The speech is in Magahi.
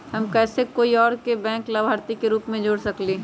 हम कैसे कोई और के बैंक लाभार्थी के रूप में जोर सकली ह?